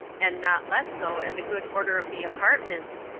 and not less so at the good order of the apartments,